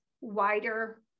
wider